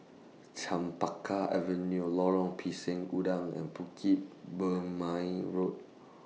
Chempaka Avenue Lorong Pisang Udang and Bukit Purmei Road